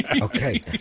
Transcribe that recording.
Okay